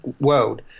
world